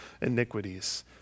iniquities